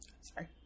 Sorry